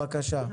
בבקשה.